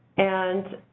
and,